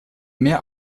mehr